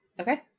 Okay